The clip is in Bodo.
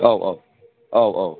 औ औ औ औ